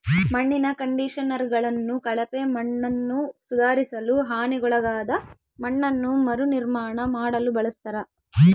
ಮಣ್ಣಿನ ಕಂಡಿಷನರ್ಗಳನ್ನು ಕಳಪೆ ಮಣ್ಣನ್ನುಸುಧಾರಿಸಲು ಹಾನಿಗೊಳಗಾದ ಮಣ್ಣನ್ನು ಮರುನಿರ್ಮಾಣ ಮಾಡಲು ಬಳಸ್ತರ